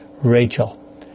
Rachel